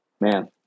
man